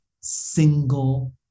single